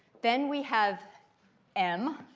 then we have m,